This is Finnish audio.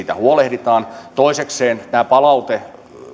huolehditaan toisekseen tämä palaute